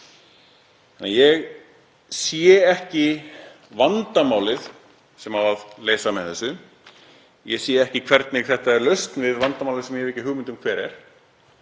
Ég sé ekki vandamálið sem á að leysa með þessari breytingu. Ég sé ekki hvernig þetta er lausn á vandamáli sem ég hef ekki hugmynd um hvert er